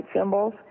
symbols